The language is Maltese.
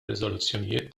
riżoluzzjonijiet